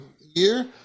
year